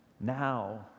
now